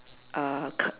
uh c~